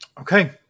Okay